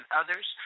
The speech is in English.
others